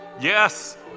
Yes